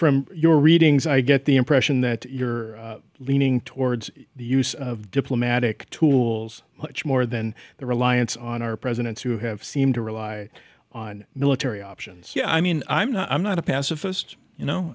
from your readings i get the impression that you're leaning towards the use of diplomatic tools much more than the reliance on our presidents who have seemed to rely on military options yeah i mean i'm not i'm not a pacifist you know